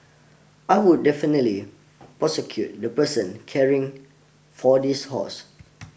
I would definitely prosecute the person caring for this horse